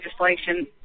legislation